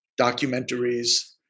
documentaries